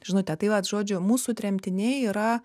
žinutę tai vat žodžiu mūsų tremtiniai yra